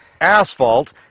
Asphalt